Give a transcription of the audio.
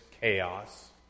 chaos